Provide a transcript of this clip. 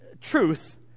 truth